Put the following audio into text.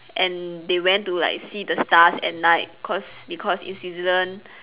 and they went to like see the stars at night cause because in Switzerland